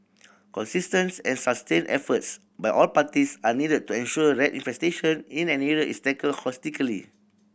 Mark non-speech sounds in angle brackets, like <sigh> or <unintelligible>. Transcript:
consistent <unintelligible> and sustained efforts by all parties are needed to ensure rat infestation in an area is tackled holistically